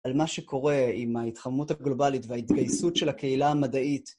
על מה שקורה עם ההתחממות הגלובלית וההתגייסות של הקהילה המדעית.